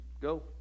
Go